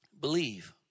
Believe